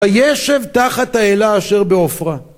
וישב תחת האלה אשר בעופרה